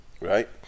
Right